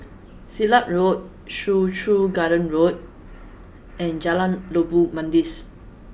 Silat Road Soo Chow Garden Road and Jalan Labu Manis